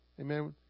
Amen